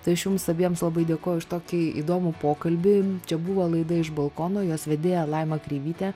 tai aš jums abiems labai dėkoju už tokį įdomų pokalbį čia buvo laida iš balkono jos vedėja laima kreivytė